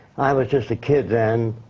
i was just a kid then.